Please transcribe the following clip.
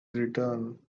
return